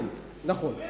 כן, נכון.